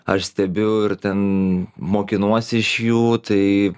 aš stebiu ir ten mokinuosi iš jų tai